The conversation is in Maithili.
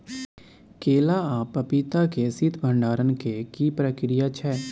केला आ पपीता के शीत भंडारण के की प्रक्रिया छै?